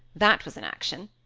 that was an action.